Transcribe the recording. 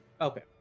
okay